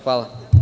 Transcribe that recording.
Hvala.